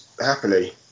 happily